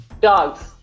Dogs